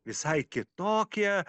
visai kitokie